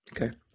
Okay